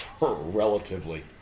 Relatively